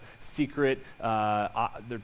secret